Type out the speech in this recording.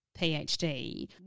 PhD